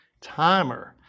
timer